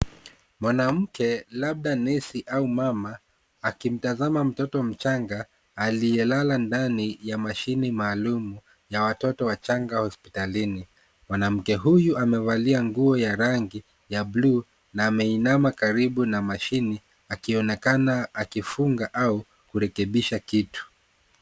Mwanamke, labda Nesi au Mama, akimtazama mtoto mchanga, aliyelala ndani ya mashini maalum ya watoto wachanga hospitalini. Mwanamke huyu amevalia nguo ya rangi ya bluu na ameinama karibu na mashini, akionekana akifunga au kurekebisha kitu.